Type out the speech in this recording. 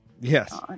Yes